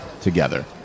together